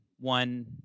One